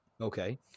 Okay